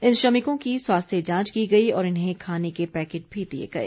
इन श्रमिकों की स्वास्थ्य जांच की गई और इन्हें खाने के पैकेट भी दिए गए